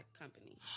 company